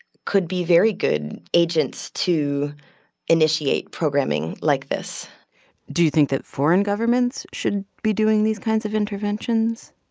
could be very good agents to initiate programming like this do you think that foreign governments should be doing these kinds of interventions?